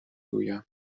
گویم